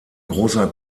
großer